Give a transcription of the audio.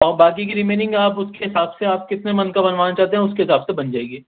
اور باقی کی رمیننگ آپ اس کے حساب سے آپ کتنے منتھ کا بنوانا چاہتے ہیں اس کے حساب سے بن جائے گی